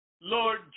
Lord